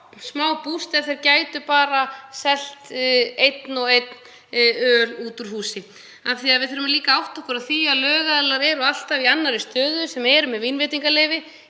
„smábúst“, ef þeir gætu bara selt einn og einn öl út úr húsi. Við þurfum líka að átta okkur á því að lögaðilar eru alltaf í annarri stöðu, sem eru með vínveitingaleyfi,